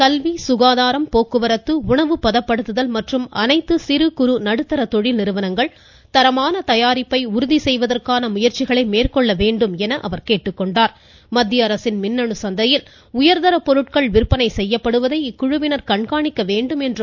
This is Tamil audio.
கல்வி சுகாதாரம் போக்குவரத்து உணவுப்பதப்படுத்துதல் மற்றும் அனைத்து சிறு குறு நடுத்தர தொழில் நிறுவனங்கள் தரமான தயாரிப்பை உறுதி செய்வதற்கான முயற்சிகளை மேற்கொள்ள வேண்டும் என கேட்டுக்கொண்ட அவர் மத்திய அரசின் மின்னணு சந்தையில் உயர்தர பொருட்கள் விற்பனை செய்யப்படுவதை இக்குழுவினர் கண்காணிக்க வேண்டும் என்றார்